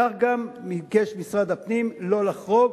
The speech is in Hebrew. כך גם ביקש משרד הפנים לא לחרוג.